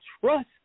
trust